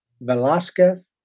Velasquez